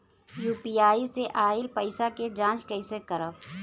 UPI से आइल पईसा के जाँच कइसे करब?